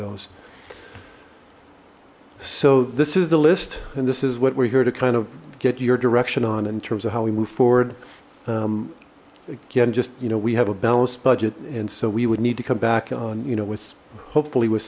those so this is the list and this is what we're here to kind of get your direction on in terms of how we move forward again just you know we have a balanced budget and so we would need to come back on you know what's hopefully with